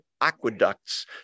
aqueducts